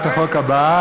כן, בבקשה.